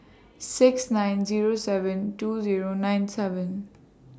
six nine Zero seven two Zero nine seven